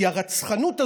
כי הרצחנות הזאת,